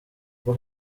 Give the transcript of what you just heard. rwo